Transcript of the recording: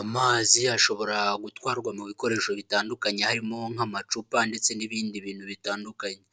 Amazi ashobora gutwarwa mu bikoresho bitandukanye harimo nk'amacupa ndetse n'ibindi bintu bitandukanye.